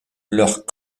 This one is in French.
leurs